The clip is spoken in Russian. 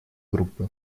группы